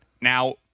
Now